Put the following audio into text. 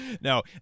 No